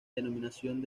denominación